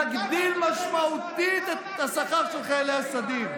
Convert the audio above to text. נגדיל משמעותית את השכר של חיילי הסדיר.